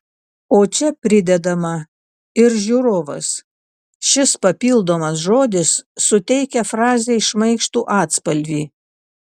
o čia pridedama ir žiūrovas šis papildomas žodis suteikia frazei šmaikštų atspalvį